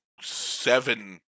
seven